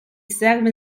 serve